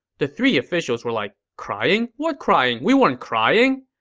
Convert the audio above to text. the three officials were like, crying? what crying? we weren't crying.